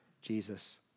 Jesus